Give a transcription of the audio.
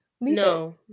No